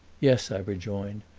yes, i rejoined,